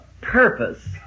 purpose